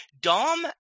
Dom